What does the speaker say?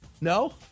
No